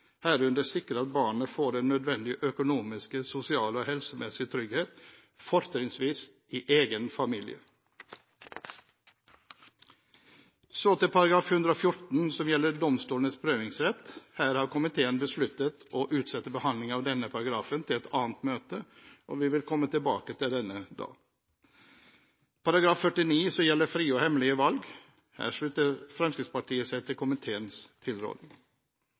herunder sikre at barnet får den nødvendige økonomiske, sosiale og helsemessige trygghet, fortrinnsvis i egen familie.» § 114, domstolenes prøvingsrett: Komiteen har besluttet å utsette behandlingen av denne paragrafen til et annet møte, og vi vil komme tilbake til denne da. § 49, frie og hemmelige valg: Her slutter Fremskrittspartiet seg til komiteens tilråding.